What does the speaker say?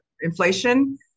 inflation